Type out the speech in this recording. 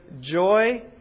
joy